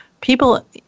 people